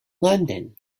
london